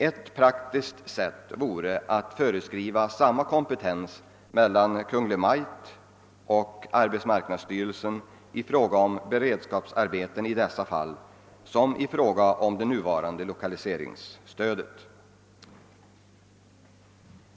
Ett praktiskt sätt vore att föreskriva samma kompetensfördelning mellan Kungl. Maj:t och arbetsmarknadsstyrelsen i fråga om sådana här beredskapsarbeten som i fråga om det nuvarande lokaliseringsstödet.